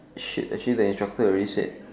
shit actually the instructor already said